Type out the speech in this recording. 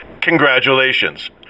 Congratulations